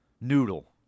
noodle